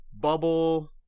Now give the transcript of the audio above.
bubble